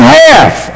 half